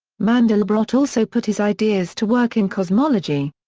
mandelbrot also put his ideas to work in cosmology.